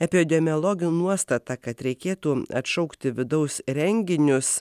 epidemiologų nuostata kad reikėtų atšaukti vidaus renginius